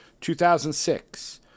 2006